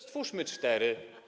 Stwórzmy cztery.